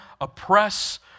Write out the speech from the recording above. oppress